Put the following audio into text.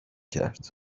کرد